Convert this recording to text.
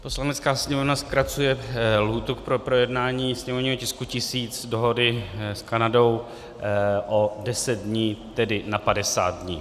Poslanecká sněmovna zkracuje lhůtu pro projednání sněmovního tisku 1000, dohody s Kanadou, o 10 dní, tedy na 50 dní.